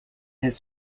his